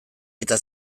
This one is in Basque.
eta